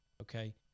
okay